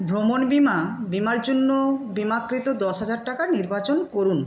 ভ্রমণ বীমা বীমার জন্য বিমাকৃত দশ হাজার টাকা নির্বাচন করুন